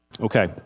Okay